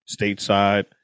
stateside